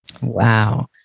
Wow